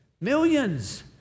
Millions